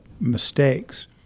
mistakes